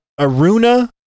Aruna